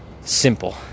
simple